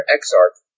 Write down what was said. Exarch